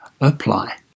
apply